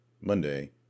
Monday